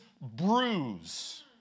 bruise